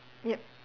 yup